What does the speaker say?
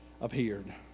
appeared